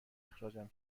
اخراجم